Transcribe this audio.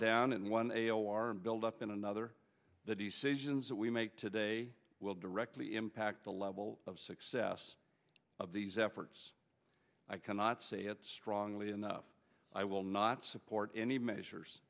down in one a o r and build up in another the decisions that we make today will directly impact the level of success of these efforts i cannot say it strongly enough i will not support any measures